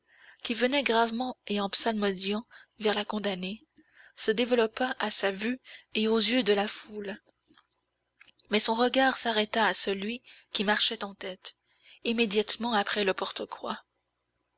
qui venait gravement et en psalmodiant vers la condamnée se développa à sa vue et aux yeux de la foule mais son regard s'arrêta à celui qui marchait en tête immédiatement après le